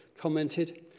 commented